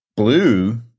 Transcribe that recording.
Blue